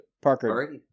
Parker